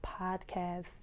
podcast